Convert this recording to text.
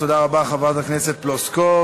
תודה רבה, חברת הכנסת פלוסקוב.